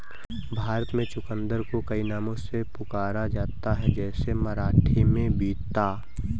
भारत में चुकंदर को कई नामों से पुकारा जाता है जैसे मराठी में बीता